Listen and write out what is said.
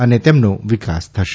અને તેમનો વિકાસ થશે